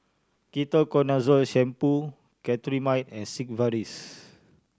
Ketoconazole Shampoo Cetrimide and Sigvaris